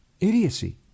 Idiocy